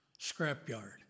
Scrapyard